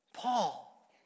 Paul